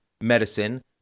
medicine